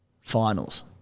Finals